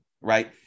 right